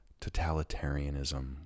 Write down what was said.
totalitarianism